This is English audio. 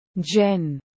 Jen